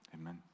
amen